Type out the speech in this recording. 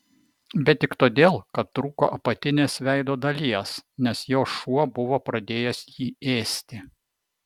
bet tik todėl kad trūko apatinės veido dalies nes jo šuo buvo pradėjęs jį ėsti